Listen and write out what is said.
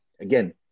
again